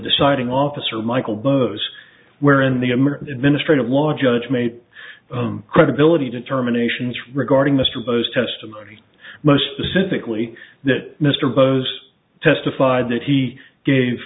deciding officer michael blows where in the ministry of law judge made credibility determinations regarding mr bose testimony most specifically that mr bose testified that he gave